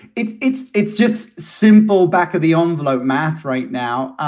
it's it's it's just simple. back of the envelope math right now.